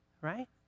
Right